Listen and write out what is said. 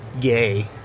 gay